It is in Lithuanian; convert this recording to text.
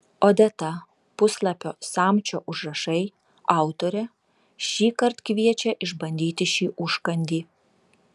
odeta puslapio samčio užrašai autorė šįkart kviečia išbandyti šį užkandį